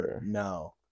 No